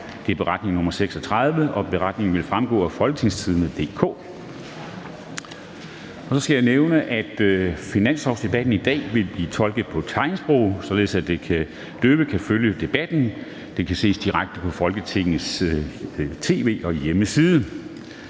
sygdom (Beretning nr. 36). Beretningen vil fremgå af www.folketingstidende.dk. Så skal jeg nævne, at finanslovsdebatten i dag vil blive tolket på tegnsprog, således at døve kan følge debatten. Tegnsprogstolkningen kan ses direkte på Folketingets hjemmeside,